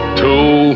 two